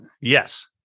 yes